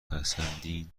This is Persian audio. پسندین